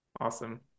Awesome